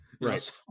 Right